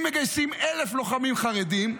אם מגייסים 1,000 לוחמים חרדים,